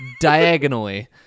Diagonally